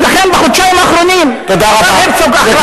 ולכן בחודשיים האחרונים השר הרצוג אחראי.